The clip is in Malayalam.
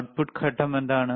Output ഘട്ടം എന്താണ്